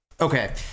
Okay